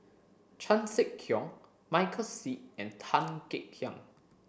Chan Sek Keong Michael Seet and Tan Kek Hiang